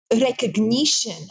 recognition